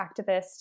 activist